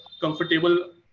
comfortable